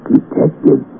Detective